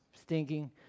stinking